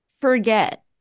forget